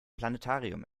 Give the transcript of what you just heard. planetarium